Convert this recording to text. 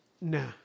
No